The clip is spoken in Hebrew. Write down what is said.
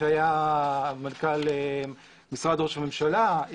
שהיה מנכ"ל משרד ראש הממשלה,